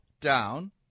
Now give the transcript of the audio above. down